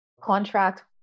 contract